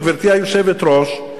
גברתי היושבת-ראש,